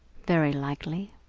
very likely.